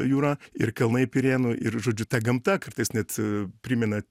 jūra ir kalnai pirėnų ir žodžiu ta gamta kartais net primena